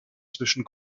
zwischen